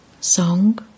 Song